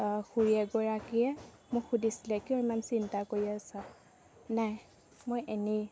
খুৰী এগৰাকীয়ে মোক সুধিছিলে কিয় ইমান চিন্তা কৰি আছা নাই মই এনে